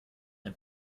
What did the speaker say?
ein